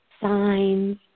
signs